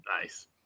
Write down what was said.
Nice